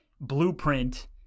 blueprint